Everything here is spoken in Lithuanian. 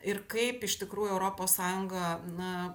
ir kaip iš tikrųjų europos sąjunga na